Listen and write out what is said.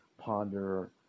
ponder